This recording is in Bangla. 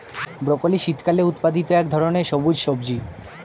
ব্রকলি শীতকালে উৎপাদিত এক ধরনের সবুজ সবজি